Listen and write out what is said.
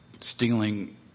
stealing